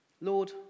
Lord